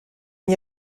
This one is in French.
n’y